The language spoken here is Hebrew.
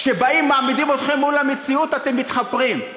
כשבאים ומעמידים אתכם מול המציאות, אתם מתחפרים.